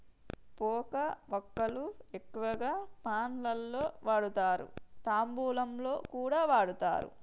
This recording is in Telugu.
పోక వక్కలు ఎక్కువగా పాన్ లలో వాడుతారు, తాంబూలంలో కూడా వాడుతారు